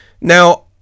now